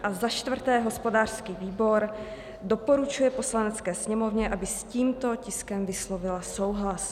A za čtvrté hospodářský výbor doporučuje Poslanecké sněmovně, aby s tímto tiskem vyslovila souhlas.